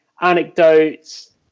anecdotes